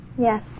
Yes